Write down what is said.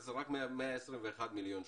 אז זה רק 121 מיליון שקלים.